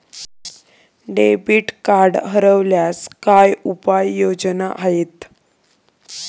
Debit card हरवल्यास काय उपाय योजना आहेत?